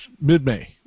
mid-may